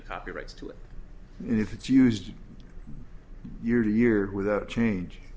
the copyrights to it and if it's used year to year without change